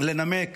לנמק